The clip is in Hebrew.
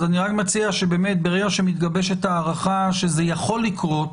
אז אני רק מציע שבאמת ברגע שמתגבשת ההערכה שזה יכול לקרות